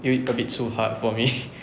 will be a bit too hard for me